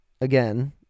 again